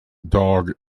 dog